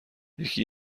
یکی